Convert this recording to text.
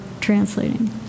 translating